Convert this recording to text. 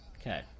Okay